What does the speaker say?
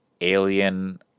Alien